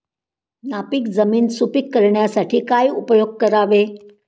नापीक जमीन सुपीक करण्यासाठी काय उपयोग करावे?